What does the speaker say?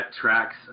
tracks